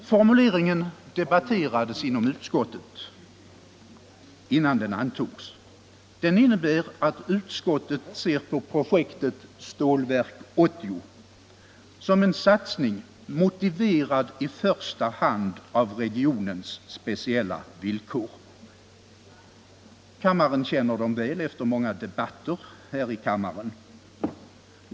Formuleringen debatterades inom utskottet innan den antogs. Den innebär att utskottet ser på projektet Stålverk 80 som en satsning, motiverad i första hand av regionens speciella villkor. Riksdagens ledamöter känner dem väl efter många debatter här i kammaren.